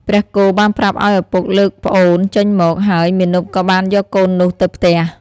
ព្រះគោបានប្រាប់ឲ្យឪពុកលើកប្អូនចេញមក ហើយមាណពក៏បានយកកូននោះទៅផ្ទះ។